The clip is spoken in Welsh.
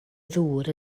ddŵr